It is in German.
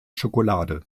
schokolade